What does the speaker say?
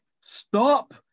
Stop